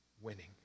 winning